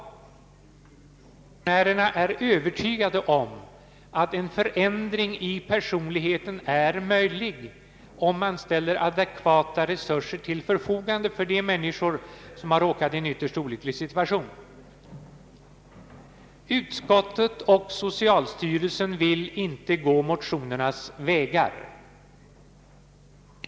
Motionärerna är övertygade om att en förändring i personligheten är möjlig om man ställer adekvata resurser till förfogande för de människor som råkat i en ytterst olycklig situation. Utskottet och socialstyrelsen vill inte gå motionernas vägar.